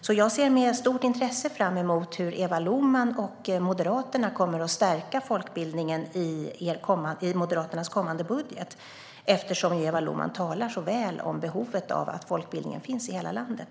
Jag ser därför med stort intresse fram emot hur Eva Lohman och Moderaterna kommer att stärka folkbildningen i Moderaternas kommande budget eftersom Eva Lohman talar så väl om behovet av att folkbildningen finns i hela landet.